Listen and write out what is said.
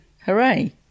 hooray